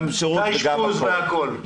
גם שירות וגם הכול.